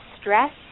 stress